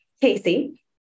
Casey